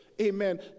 Amen